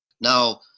Now